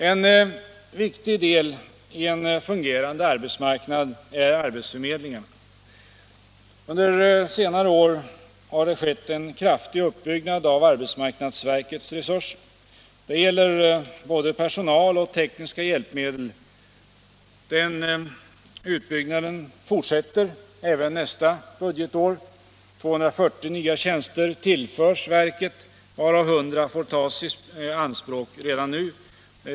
En viktig del i en fungerande arbetsmarknad är arbetsförmedlingarna. Under senare år har det skett en kraftig uppbyggnad av arbetsmarknadsverkets resurser, det gäller både personal och tekniska hjälpmedel. Den uppbyggnaden fortsätter även nästa budgetår. 240 nya tjänster tillförs verket, varav 100 får tas i anspråk redan nu.